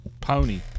Pony